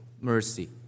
mercy